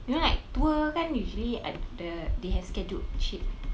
you know like tour kan usually at the they have scheduled shit